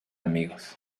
amigos